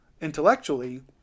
intellectually